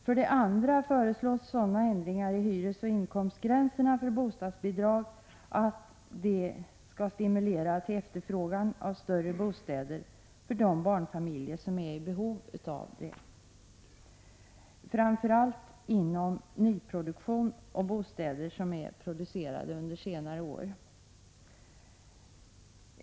För det andra föreslås sådana ändringar i hyresoch inkomstgränserna för bostadsbidrag att de skall stimulera till efterfrågan hos de barnfamiljer som är i behov av större bostäder, och då framför allt till efterfrågan inom nyproduktionen och på bostäder som har producerats under senare år.